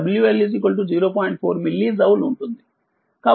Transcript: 4మిల్లీజౌల్ ఉంటుంది